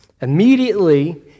Immediately